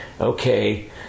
Okay